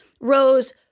Rose